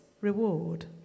reward